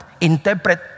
interpret